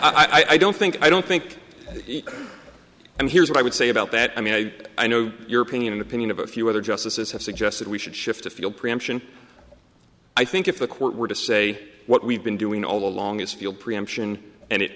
that i don't think i don't think and here's what i would say about that i mean i i know your opinion and opinion of a few other justices have suggested we should shift to feel preemption i think if the court were to say what we've been doing all along is feel preemption and it